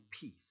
peace